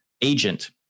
agent